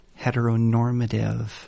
heteronormative